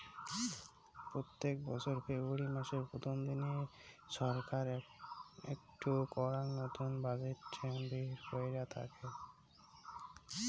প্রত্যেক বছর ফেব্রুয়ারী মাসের প্রথম দিনে ছরকার একটো করাং নতুন বাজেট বের কইরা থাইকে